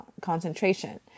concentration